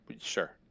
sure